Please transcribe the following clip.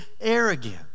arrogant